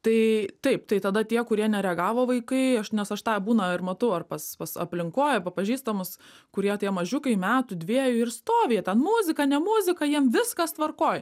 tai taip tai tada tie kurie nereagavo vaikai aš nes aš tą būna ir matau ar pas pas aplinkoj arba pažįstamus kurie tie mažiukai metų dviejų ir stovi jie ten muzika ne muzika jiem viskas tvarkoj